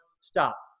Stop